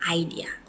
idea